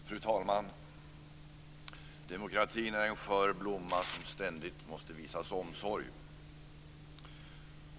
Fru talman! Demokratin är en skör blomma som ständigt måste visas omsorg.